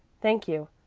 thank you.